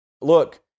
look